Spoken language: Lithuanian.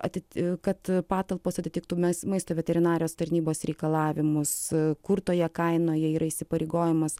atit kad patalpos atitiktų mes maisto veterinarijos tarnybos reikalavimus kur toje kainoje yra įsipareigojimas